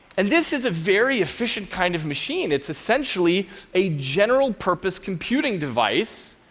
and this is a very efficient kind of machine. it's essentially a general purpose computing device,